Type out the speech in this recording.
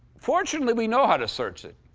fortunately, we know how to search it.